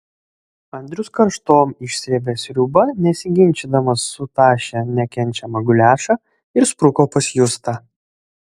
andrius karštom išsrėbė sriubą nesiginčydamas sutašė nekenčiamą guliašą ir spruko pas justą